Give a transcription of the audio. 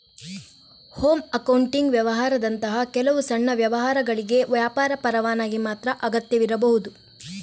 home accounting ವ್ಯವಹಾರದಂತಹ ಕೆಲವು ಸಣ್ಣ ವ್ಯವಹಾರಗಳಿಗೆ ವ್ಯಾಪಾರ ಪರವಾನಗಿ ಮಾತ್ರ ಅಗತ್ಯವಿರಬಹುದು